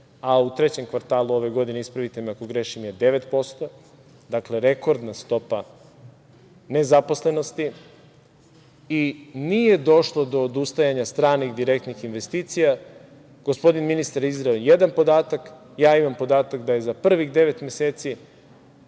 a u trećem kvartalu ove godine, ispravite me ako grešim, je 9%, dakle, rekordna stopa nezaposlenosti i nije došlo do odustajanja stranih, direktnih investicija. Gospodin ministar je izneo jedan podatak. Ja imam podatak da je za prvih devet meseci